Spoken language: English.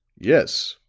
yes,